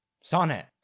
Sonnet